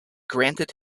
granted